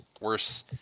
worse